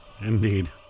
Indeed